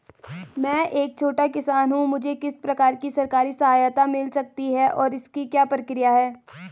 मैं एक छोटा किसान हूँ मुझे किस प्रकार की सरकारी सहायता मिल सकती है और इसकी क्या प्रक्रिया है?